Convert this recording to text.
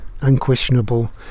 unquestionable